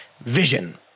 Vision